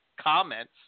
comments